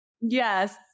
Yes